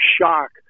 shock